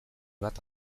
bat